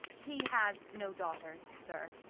he has no daughters, sir.